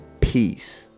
peace